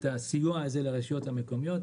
את הסיוע הזה לרשויות המקומיות,